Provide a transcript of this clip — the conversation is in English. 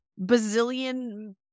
bazillion